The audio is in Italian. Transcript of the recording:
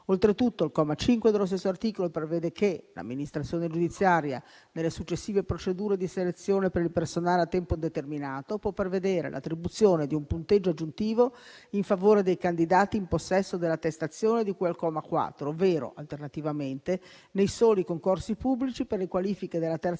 Oltretutto, il comma 5 dello stesso articolo prevede che l'amministrazione giudiziaria, nelle successive procedure di selezione per il personale a tempo determinato, possa prevedere l'attribuzione di un punteggio aggiuntivo in favore dei candidati in possesso dell'attestazione di cui al comma 4 ovvero, alternativamente, nei soli concorsi pubblici per le qualifiche della terza